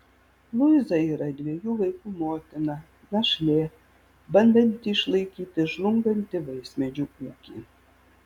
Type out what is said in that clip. luiza yra dviejų vaikų motina našlė bandanti išlaikyti žlungantį vaismedžių ūkį